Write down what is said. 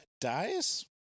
dies